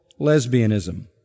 lesbianism